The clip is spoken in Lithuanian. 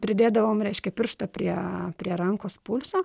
pridėdavom reiškia pirštą prie prie rankos pulso